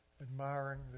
admiring